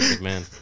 man